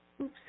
Oops